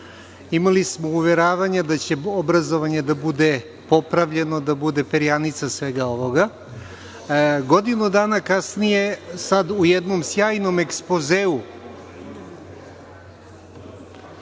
imali smo uveravanje da će obrazovanje da bude popravljeno, da bude perjanica svega ovoga. Godinu dana kasnije sad u jednom sjajnom ekspozeu